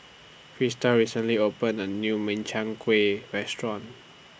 Christal recently opened A New Makchang Gui Restaurant